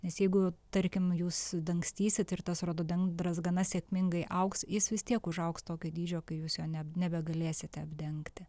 nes jeigu tarkim jūs dangstysit ir tas rododendras gana sėkmingai augs jis vis tiek užaugs tokio dydžio kai jūs jo ne nebegalėsite apdengti